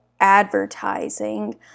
advertising